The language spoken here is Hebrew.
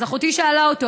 אז אחותי שאלה אותו,